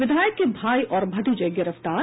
विधायक के भाई और भतीजे गिरफ्तार